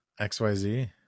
XYZ